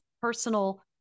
personal